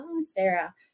Sarah